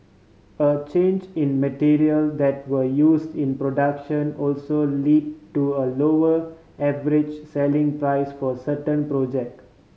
a change in material that were use in production also led to a lower average selling price for certain project